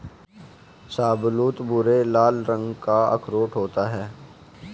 शाहबलूत भूरे लाल रंग का अखरोट होता है